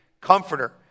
comforter